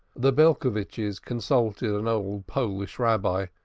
the belcovitches consulted an old polish rabbi,